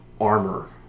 armor